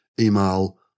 email